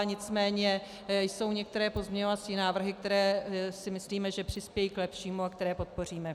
Nicméně jsou některé pozměňovací návrhy, které si myslíme, že přispějí k lepšímu a které podpoříme.